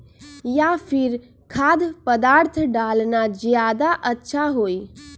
या फिर खाद्य पदार्थ डालना ज्यादा अच्छा होई?